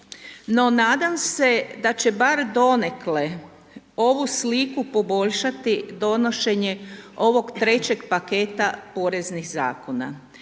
No nadam se da će bar donekle ovu sliku poboljšati donošenje ovog trećeg paketa poreznih zakona.